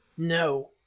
no,